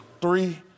three